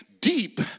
deep